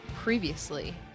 Previously